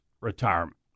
retirement